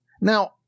Now